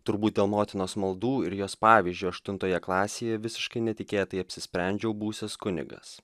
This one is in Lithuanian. turbūt dėl motinos maldų ir jos pavyzdžio aštuntoje klasėje visiškai netikėtai sprendžiau būsiąs kunigas